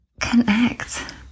connect